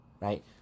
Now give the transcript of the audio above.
right